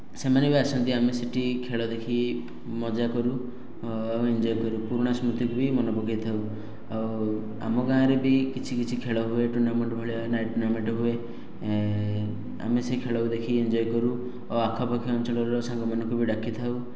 ସେମାନେ ବି ଆସନ୍ତି ଆମେ ସେ'ଠି ଖେଳ ଦେଖି ମଜା କରୁ ଆଉ ଏଞ୍ଜୟ କରୁ ପୁରୁଣା ସ୍ମୃତିକୁ ବି ମାନେ ପକାଇଥାଉ ଆଉ ଆମ ଗାଁରେ ବି କିଛି କିଛି ଖେଳ ହୁଏ ଟୁର୍ନାମେଣ୍ଟ ଭଳିଆ ନାଇଟ ଟୁର୍ନାମେଣ୍ଟ ହୁଏ ଆମେ ସେ ଖେଳକୁ ଦେଖି ଏଞ୍ଜୟ କରୁ ଆଉ ଆଖାପାଖ ଅଞ୍ଚଳର ସାଙ୍ଗମାନଙ୍କୁ ବି ଡାକିଥାଉ